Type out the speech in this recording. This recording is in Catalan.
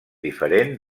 diferent